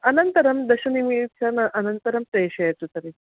अनन्तरं दशनिमिषम् अनन्तरं प्रेषयतु तर्हि